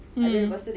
mm